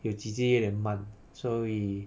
有几集有一点慢所以